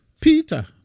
Peter